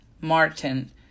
Martin